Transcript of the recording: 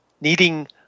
needing